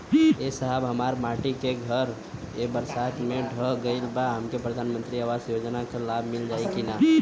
ए साहब हमार माटी क घर ए बरसात मे ढह गईल हमके प्रधानमंत्री आवास योजना क लाभ मिल जाई का?